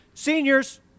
Seniors